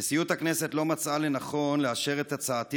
נשיאות הכנסת לא מצאה לנכון לאשר את הצעתי